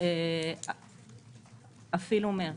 אפילו במרץ.